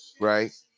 Right